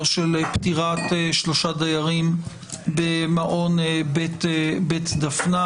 של פטירת שלושה דיירים במעון בית דפנה.